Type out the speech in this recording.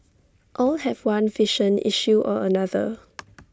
all have one vision issue or another